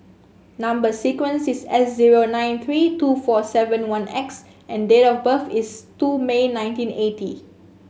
number sequence is S zero nine three two four seven one X and date of birth is two May nineteen eighty